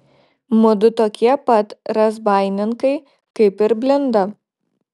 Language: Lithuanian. mudu tokie pat razbaininkai kaip ir blinda